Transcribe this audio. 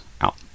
out